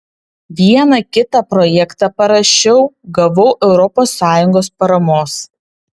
vieną kitą projektą parašiau gavau europos sąjungos paramos